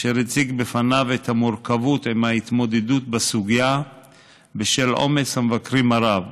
והוא הציג בפניו את המורכבות בהתמודדות עם הסוגיה בשל עומס המבקרים הרב.